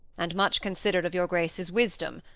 and much considered of your grace's wisdom,